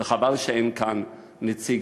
וחבל שאין כאן נציג,